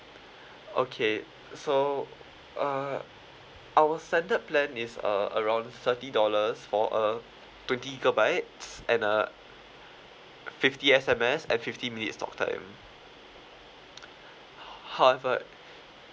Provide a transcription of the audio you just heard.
okay so uh our standard plan is uh around thirty dollars for uh twenty gigabytes and uh fifty S_M_S and fifty minutes talk time however